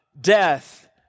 death